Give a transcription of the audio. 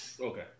Okay